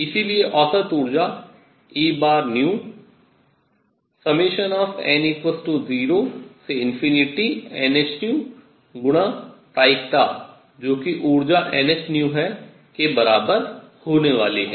इसलिए औसत ऊर्जा E n0nhνप्रायिकता जो कि ऊर्जा nhν है के बराबर होने वाली है